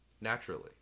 naturally